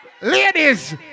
Ladies